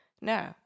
No